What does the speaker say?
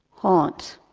haunt.